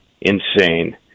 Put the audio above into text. insane